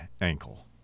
ankle